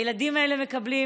הילדים האלה מקבלים